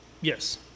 Yes